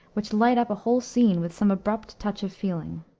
which light up a whole scene with some abrupt touch of feeling.